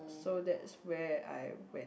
so that's where I went